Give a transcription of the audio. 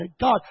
God